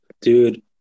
Dude